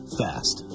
fast